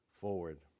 forward